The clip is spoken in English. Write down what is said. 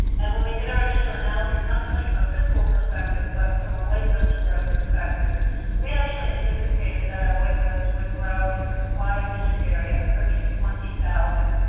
and when we did our initial analysis not so much from a fiscal perspective but from a waitlist growth perspective we actually anticipated that our waitlist would grow into the five-digit area, approaching twenty thousand